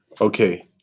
Okay